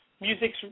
music's